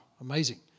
amazing